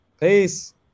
Peace